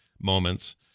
moments